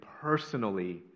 personally